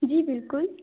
जी बिल्कुल